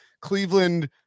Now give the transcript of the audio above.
Cleveland